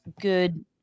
good